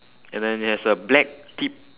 and then it has a black tip